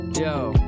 yo